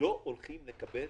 לא הולכים לקבל